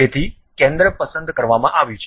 તેથી કેન્દ્ર પસંદ કરવામાં આવ્યું છે